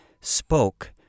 spoke